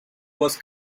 was